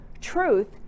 truth